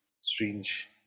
strange